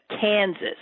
Kansas